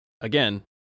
Again